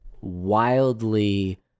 wildly